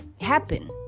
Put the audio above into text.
happen